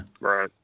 right